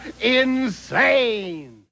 insane